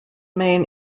main